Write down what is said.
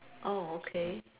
oh okay